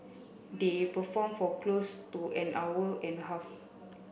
they performed for close to an hour and a half